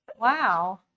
Wow